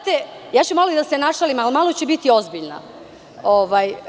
Ja ću malo da se našalim, ali malo ću i biti ozbiljna.